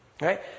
Right